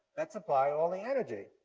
that supply all the energy,